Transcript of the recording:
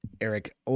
Eric